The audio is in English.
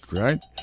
right